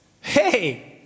Hey